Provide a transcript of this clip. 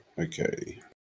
Okay